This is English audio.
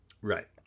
Right